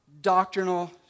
doctrinal